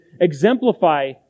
exemplify